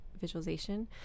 visualization